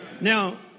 Now